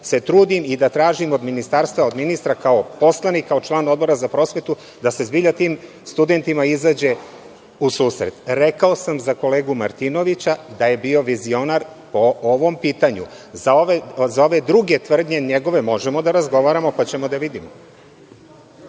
se trudim i da tražim od Ministarstva, od ministra kao poslanika, od člana Odbora za prosvetu da se zbilja tim studentima izađe u susret. Rekao sam za kolegu Martinovića da je bio vizionar o ovom pitanju. Za ove druge tvrdnje njegove možemo da razgovaramo pa ćemo da vidimo.